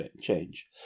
change